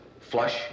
flush